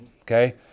Okay